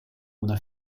una